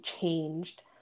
changed